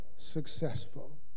Successful